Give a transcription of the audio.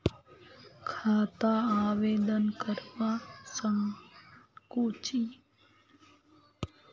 खाता आवेदन करवा संकोची?